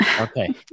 Okay